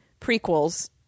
prequels